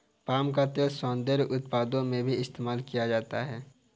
palm का तेल सौन्दर्य उत्पादों में भी इस्तेमाल किया जाता है